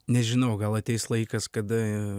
nežinau gal ateis laikas kada